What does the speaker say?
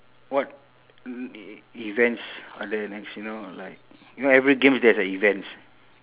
what e~ events are there next you know like you know every games there's a events